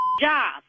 job